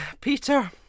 Peter